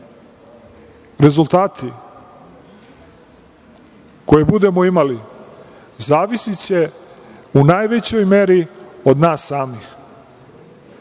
rezultati koje budemo imali zavisiće u najvećoj meri od nas samih,